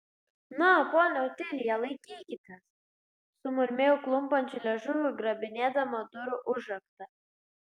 na ponia otilija laikykitės sumurmėjau klumpančiu liežuviu grabinėdama durų užraktą